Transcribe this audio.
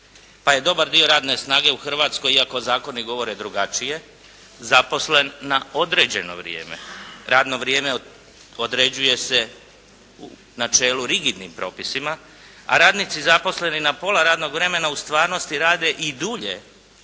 pa je dobar dio radne snage u Hrvatskoj iako zakoni govore drugačije, zaposlen na određeno vrijeme. Radno vrijeme određuje se po načelu rigidnim propisima, a radnici zaposleni na pola radnog vremena u stvarnosti rade i dulje